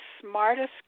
smartest